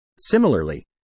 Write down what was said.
Similarly